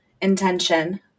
intention